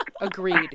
Agreed